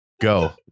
Go